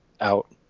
out